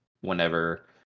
whenever